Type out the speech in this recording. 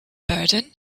burden